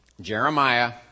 Jeremiah